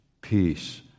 peace